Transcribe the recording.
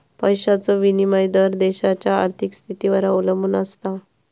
पैशाचो विनिमय दर देशाच्या आर्थिक स्थितीवर अवलंबून आसता